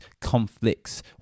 conflicts